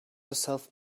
herself